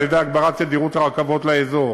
על-ידי הגברת תדירות הרכבות לאזור